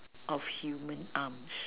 of human arms